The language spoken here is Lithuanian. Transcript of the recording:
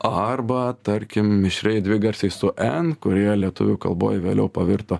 arba tarkim mišrieji dvigarsiai su n kurie lietuvių kalboj vėliau pavirto